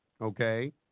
Okay